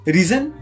Reason